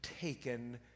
taken